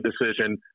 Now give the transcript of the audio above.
decision